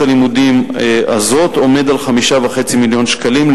הלימודים הזאת עומד על 5.5 מיליון שקלים,